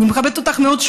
אני מכבדת אותך מאוד,